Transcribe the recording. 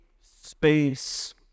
space